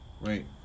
Right